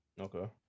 Okay